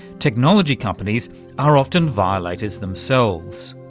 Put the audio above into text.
technology companies are often violators themselves.